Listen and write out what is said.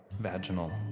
vaginal